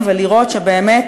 ולכן,